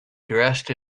dressed